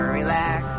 relax